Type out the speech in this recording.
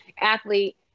athlete